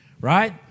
right